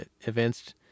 events